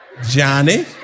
Johnny